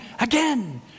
again